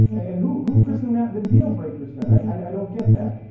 and who who christened that the deal-breaker sin? i don't get that.